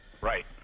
Right